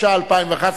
התשע"א 2011,